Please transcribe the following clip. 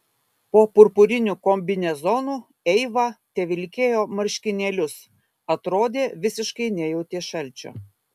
po purpuriniu kombinezonu eiva tevilkėjo marškinėlius atrodė visiškai nejautė šalčio